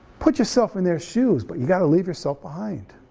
put yourself in their shoes but you gotta leave yourself behind,